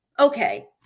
Okay